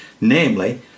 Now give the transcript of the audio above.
namely